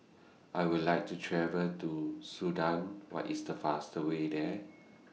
I Will like to travel to Sudan What IS The fast Way There